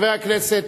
חבר הכנסת,